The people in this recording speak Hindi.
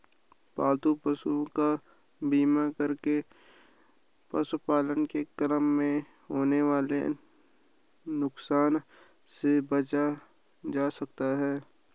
पालतू पशुओं का बीमा करके पशुपालन के क्रम में होने वाले नुकसान से बचा जा सकता है